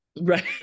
right